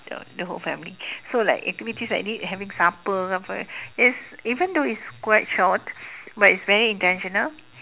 the the whole family so like activities like this having supper ke apa even though it's quite short but it's very intentional